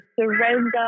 surrender